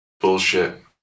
bullshit